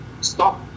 stop